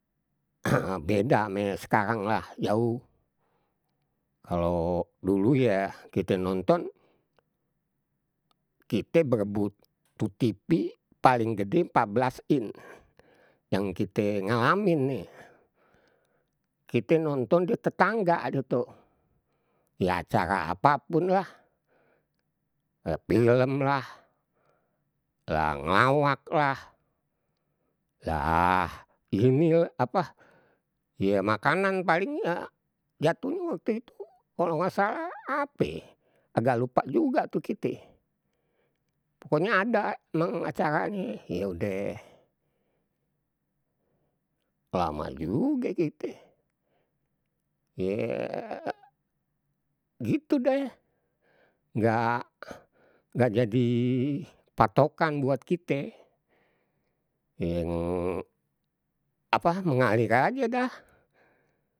beda ame sekarang lah jauh, kalau dulu ya kite nonton, kite berbutuh tu tipi paling gede, mpat belas in. Yang kite ngalamin nih kite nonton di tetangga gitu. Ya, cara apapun lah, film lah, yang nglawak lah, lah, ini, apa, ya makanan paling ya jatuhnya waktu itu, kalau gak salah ape ye, agak lupa juga tuh kite. Pokoknya ada mang acaranye. Ye udeh lama juga gitu kite. Ya, gitu deh nggak, nggak jadi patokan buat kite. Yang apa mengalir aje dah.